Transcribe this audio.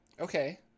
Okay